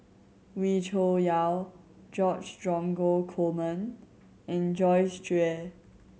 Wee Cho Yaw George Dromgold Coleman and Joyce Jue